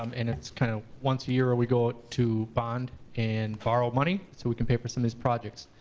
um and it's kind of once a year where we go to bond and borrow money, so we can pay for some of these projects.